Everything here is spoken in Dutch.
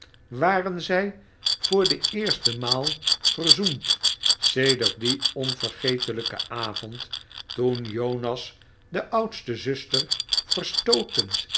waren zij voor de eerste maal verzoend sedert dien onvergetelijken avond toen jonas de oudste zuster verstootend